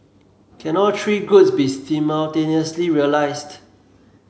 can all three goods be simultaneously realised